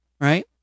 right